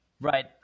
Right